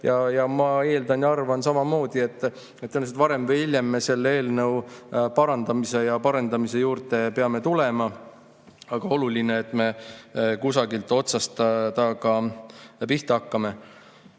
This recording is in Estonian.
Ma eeldan ja arvan samamoodi, et tõenäoliselt varem või hiljem me selle eelnõu parandamise ja parendamise juurde peame tulema. Aga oluline on see, et me kusagilt otsast sellega pihta hakkame.